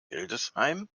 hildesheim